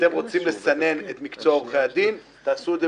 אתם רוצים לסנן את מקצוע עורכי הדין - תעשו את זה